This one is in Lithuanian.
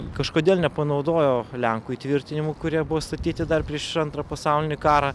kažkodėl nepanaudojo lenkų įtvirtinimų kurie buvo statyti dar prieš antrą pasaulinį karą